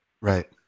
Right